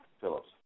Phillips